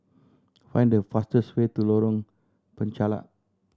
find the fastest way to Lorong Penchalak